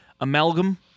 amalgam